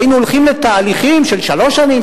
היינו הולכים לתהליכים של שלוש שנים,